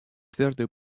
твердую